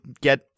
get